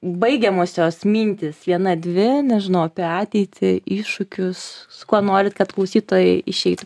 baigiamosios mintys viena dvi nežinau apie ateitį iššūkius su kuo norit kad klausytojai išeitų